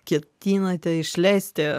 ketinate išleisti